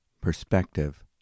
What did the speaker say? perspective